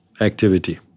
activity